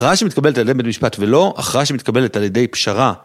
הכרעה שמתקבלת על ידי בין משפט ולא הכרעה שמתקבלת על ידי פשרה.